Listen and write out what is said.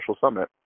summit